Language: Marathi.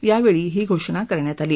यावेळी ही घोषणा करण्यात आली